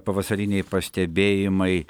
pavasariniai pastebėjimai